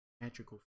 magical